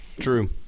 true